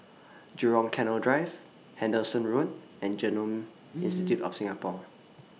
Jurong Canal Drive Henderson Road and Genome Institute of Singapore